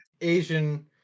Asian